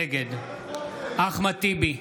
נגד אחמד טיבי,